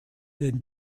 denn